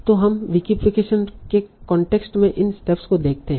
तो अब हम विकिफीकेशन के कांटेक्स्ट में इन स्टेप्स को देखते हैं